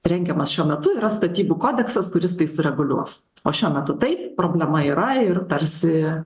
rengiamas šiuo metu yra statybų kodeksas kuris tai sureguliuos o šiuo metu taip problema yra ir tarsi